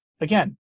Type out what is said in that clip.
Again